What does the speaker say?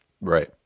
Right